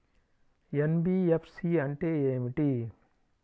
NBFC అంటే ఏమిటి?